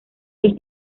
los